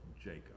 Jacob